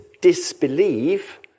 disbelieve